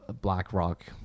blackrock